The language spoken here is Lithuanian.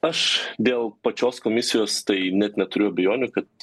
aš dėl pačios komisijos tai net neturiu abejonių kad